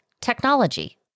technology